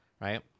Right